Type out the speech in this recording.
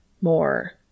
More